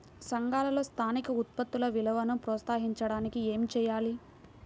సంఘాలలో స్థానిక ఉత్పత్తుల విలువను ప్రోత్సహించడానికి ఏమి చేయాలి?